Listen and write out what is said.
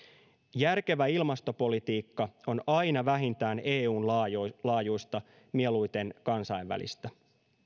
järkevä ilmastopolitiikka on aina vähintään eun laajuista laajuista mieluiten kansainvälistä